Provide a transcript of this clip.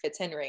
Fitzhenry